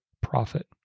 profit